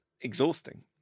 exhausting